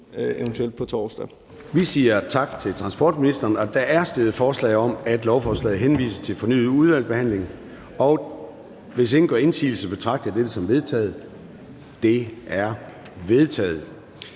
(Søren Gade): Vi siger tak til transportministeren. Der er stillet forslag om, at lovforslaget henvises til fornyet udvalgsbehandling, og hvis ingen gør indsigelse, betragter jeg dette som vedtaget. Det er vedtaget.